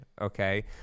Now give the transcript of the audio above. okay